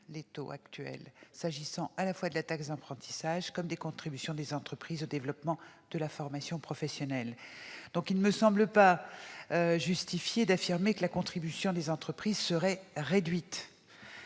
les taux actuels s'agissant de la taxe d'apprentissage comme des contributions des entreprises au développement de la formation professionnelle. Il ne me semble donc pas justifié d'affirmer que la contribution financière des entreprises serait réduite.